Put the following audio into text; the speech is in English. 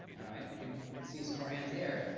all right, could see some more hands there.